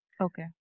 Okay